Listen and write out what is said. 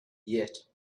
yet